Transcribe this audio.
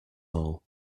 all